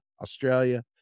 Australia